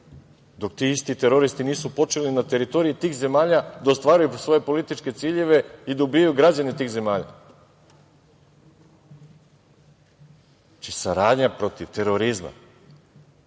Dok ti isti teroristi nisu počeli na teritoriji tih zemalja da ostvaruju svoje političke ciljeve i da ubijaju građane tih zemalja. Znači, saradnja protiv terorizma